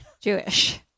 Jewish